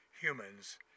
humans